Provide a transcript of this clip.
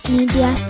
Media